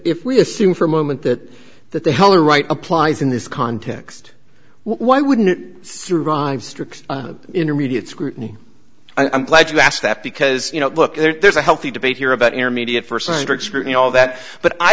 if we assume for a moment that that the heller right applies in this context why wouldn't survive strict intermediate scrutiny i'm glad you asked that because you know look there's a healthy debate here about intermediate for sandridge scrutiny all that but i